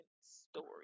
story